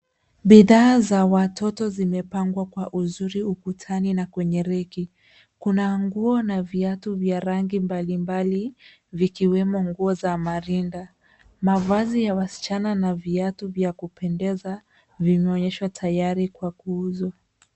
Bidhaa za watoto zimepangwa kwa uzuri ukutani na kwenye reki , kuna nguo na viatu vya rangi mbalimbali vikiwemo nguo za marinda. Mavazi ya wasichana na viatu vya kupendeza vimeonyeshwa tayari kwa kuuzwa.